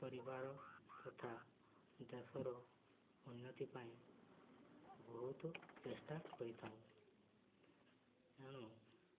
ପରିବାର ତଥା ଦେଶର ଉନ୍ନତି ପାଇଁ ବହୁତ ଚେଷ୍ଟା କରିଥାଉଁ